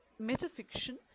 Metafiction